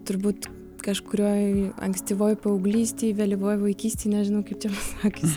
turbūt kažkurioj ankstyvoj paauglystėj vėlyvoj vaikystėj nežinau kaip čia pasakius